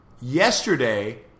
yesterday